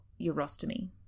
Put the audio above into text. urostomy